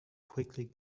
quickly